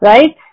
Right